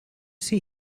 see